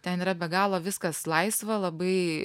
ten yra be galo viskas laisva labai